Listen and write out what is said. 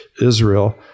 Israel